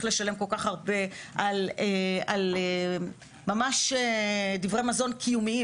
לשלם כל כך הרבה ממש על דברי מזון קיומיים,